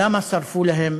למה שרפו להם